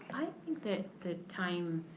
i think that the time,